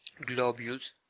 Globules